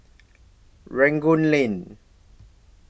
Rangoon Lane